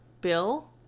Bill